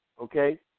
Okay